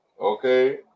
Okay